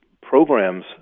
programs